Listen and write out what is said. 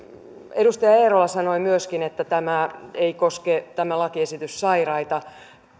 edustaja eerola sanoi myöskin että tämä lakiesitys ei koske sairaita